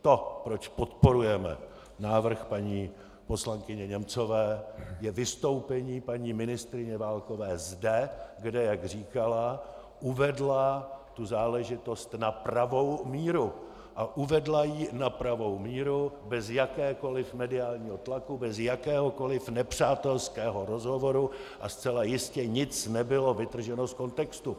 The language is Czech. To, proč podporujeme návrh paní poslankyně Němcové, je vystoupení paní ministryně Válkové zde, kde, jak říkala, uvedla tu záležitost na pravou míru a uvedla ji na pravou míru bez jakéhokoli mediálního tlaku, bez jakéhokoli nepřátelského rozhovoru a zcela jistě nic nebylo vytrženo z kontextu.